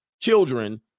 children